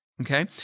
okay